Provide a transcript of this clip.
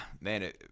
man